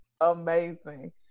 amazing